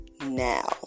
now